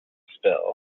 spill